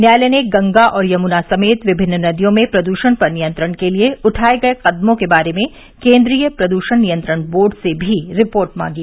न्यायालय ने गंगा और यमुना समेत विभिन्न नदियों में प्रद्षण पर नियंत्रण के लिए उठाये गये कदमों के बारे में केन्द्रीय प्रद्षण नियंत्रण बोर्ड से भी रिपोर्ट मांगी